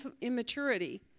immaturity